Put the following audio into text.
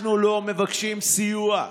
אנחנו לא מבקשים סיוע,